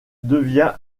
devient